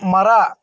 ಮರ